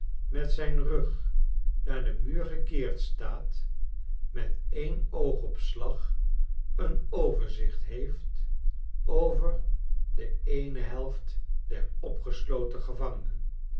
met zijn rug naar den muur gekeerd staat met een oogopslag een overzicht heeft over de eene helft der opgesloten gevangenen